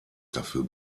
dafür